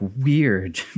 weird